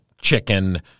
chicken